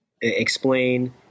explain